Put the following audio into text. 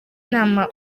inama